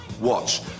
Watch